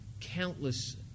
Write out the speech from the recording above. countless